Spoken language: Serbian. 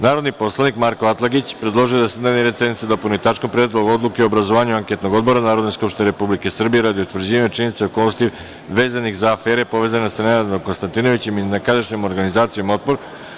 Narodni poslanik Marko Atlagić predložio je da se dnevni red sednice dopuni tačkom – Predlog odluke o obrazovanju anketnog odbora Narodne skupštine Republike Srbije radi utvrđivanja činjenica i okolnosti vezanih za afere povezane sa Nenadom Konstantinovićem i nekadašnjom organizacijom „Otpor“